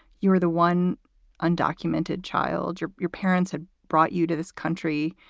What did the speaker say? you were the one undocumented child. your your parents had brought you to this country.